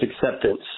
acceptance